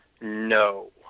no